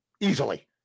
easily